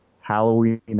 Halloween